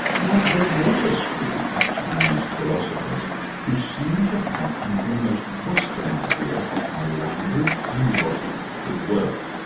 now there was a school of chinese philosophers who seemed to have an almost western idea of how language and logic could work.